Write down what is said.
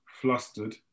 flustered